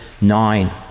nine